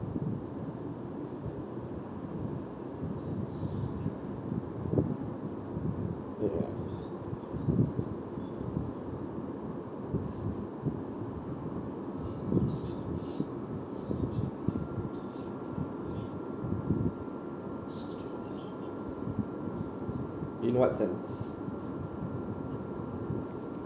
ya in what sense